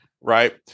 right